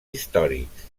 històrics